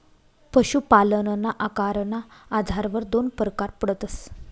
पशुपालनना आकारना आधारवर दोन परकार पडतस